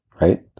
right